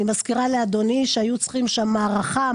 אני מזכירה לאדוני שהיו צריכים שם הארכה,